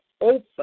open